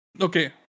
Okay